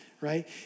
right